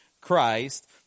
Christ